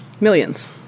millions